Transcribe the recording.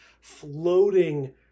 floating